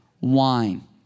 wine